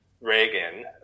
Reagan